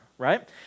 Right